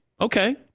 Okay